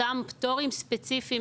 אותם פטורים ספציפיים,